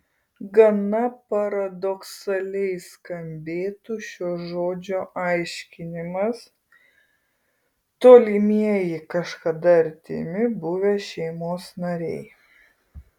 gana paradoksaliai skambėtų šio žodžio aiškinimas tolimieji kažkada artimi buvę šeimos nariai